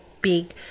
big